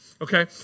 okay